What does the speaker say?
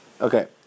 Okay